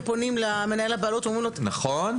פונים למנהל הבעלות ואומרים לו --- נכון,